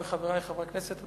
וחברי חברי הכנסת,